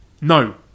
No